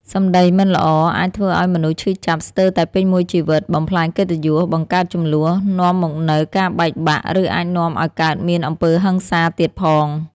សម្ដីមិនល្អ អាចធ្វើឱ្យមនុស្សឈឺចាប់ស្ទើរតែពេញមួយជីវិត បំផ្លាញកិត្តិយស បង្កើតជម្លោះ នាំមកនូវការបែកបាក់ ឬអាចនាំឱ្យកើតមានអំពើហិង្សាទៀតផង។